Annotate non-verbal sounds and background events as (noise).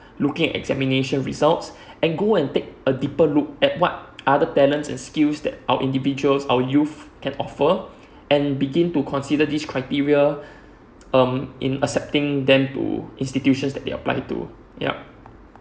looking at examination results (breath) and go and take a deeper look at what other talents and skills that our individuals our youth can offer (breath) and begin to consider this criteria (breath) um in accepting them to institutions that they applied to yup